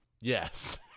Yes